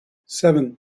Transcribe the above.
seven